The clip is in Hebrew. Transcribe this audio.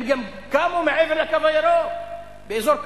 הם גם קמו מעבר "הקו הירוק", באזור כבוש.